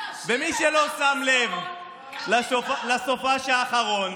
ומי שלא שם לב לסופ"ש האחרון,